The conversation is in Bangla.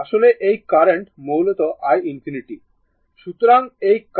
আসলে এই কারেন্ট মূলত i ∞